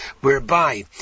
whereby